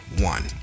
One